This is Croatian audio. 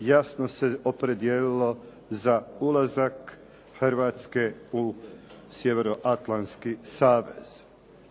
jasno opredijelilo za ulazak Hrvatske u Sjevernoatlantski savez.